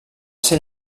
ser